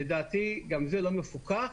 לדעתי גם זה לא מפוקח,